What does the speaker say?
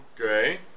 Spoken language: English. Okay